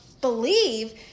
believe